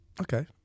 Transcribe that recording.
Okay